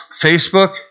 Facebook